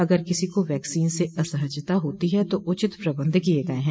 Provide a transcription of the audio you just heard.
अगर किसी को वैक्सीन से असहजता होती है तो उचित प्रबन्ध किये गये हैं